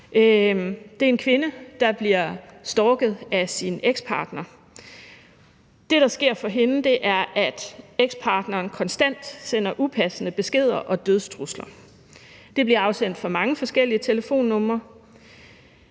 Det er en kvinde, der bliver stalket af sin ekspartner. Det, der sker for hende, er, at ekspartneren konstant sender upassende beskeder og dødstrusler. De bliver afsendt fra mange forskellige telefonnumre.